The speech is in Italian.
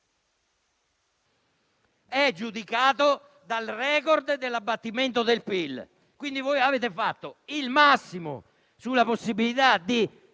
è giudicato dal *record* dell'abbattimento del PIL. Voi avete fatto il massimo sulla possibilità di